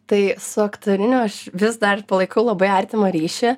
tai su aktoriniu aš vis dar palaikau labai artimą ryšį